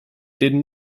did